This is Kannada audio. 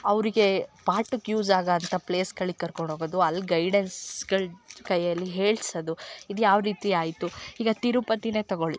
ಅವರಿಗೆ ಪಾಠಕ್ಕೆ ಯೂಸ್ ಆಗೋಂತ ಪ್ಲೇಸ್ಗಳಿಗೆ ಕರ್ಕೊಂಡು ಹೋಗೋದು ಅಲ್ಲಿ ಗೈಡನ್ಸ್ಗಳು ಕೈಯಲ್ಲಿ ಹೇಳ್ಸೋದು ಇದು ಯಾವ ರೀತಿ ಆಯಿತು ಈಗ ತಿರುಪತಿನೇ ತಗೊಳ್ಳಿ